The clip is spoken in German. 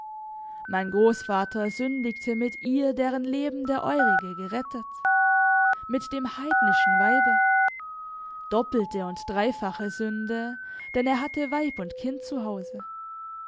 mein großvater sündigte mit ihr deren leben der eurige gerettet mit dem heidnischen weibe doppelte und dreifache sünde denn er hatte weib und kind